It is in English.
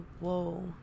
whoa